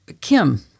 Kim